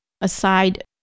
aside